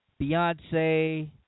Beyonce